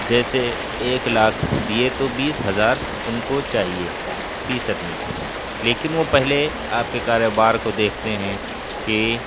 جیسے ایک لاکھ دیے تو بیس ہزار ان کو چاہیے فیصد میں لیکن وہ پہلے آپ کے کاروبار کو دیکھتے ہیں کہ